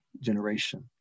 generation